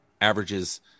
averages